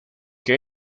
que